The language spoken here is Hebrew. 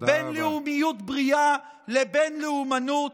בין לאומיות בריאה לבין לאומנות.